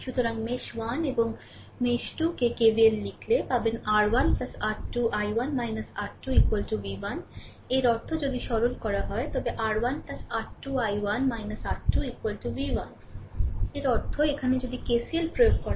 সুতরাং মেশ 1 এবং মেশ 2 কে KVL লিখলে পাবেন R 1 R 2 I1 R 2 v 1 এর অর্থ যদি সরল করা হয় তবে R 1 R 2 I1 R 2 v 1 এর অর্থ এখানে যদি KCL প্রয়োগ করা হয়